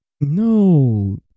No